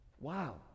Wow